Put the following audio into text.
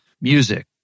Music